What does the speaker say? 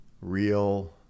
real